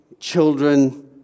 children